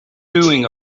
doing